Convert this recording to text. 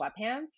sweatpants